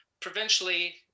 provincially